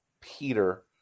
Peter